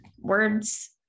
words